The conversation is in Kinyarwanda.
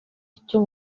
cyo